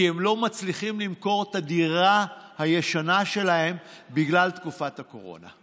כי הם לא מצליחים למכור את הדירה הישנה שלהם בגלל תקופת הקורונה.